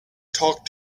talk